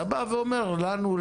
אתה בא ואומר: לנו,